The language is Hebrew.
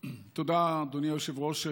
תודה, אדוני היושב-ראש.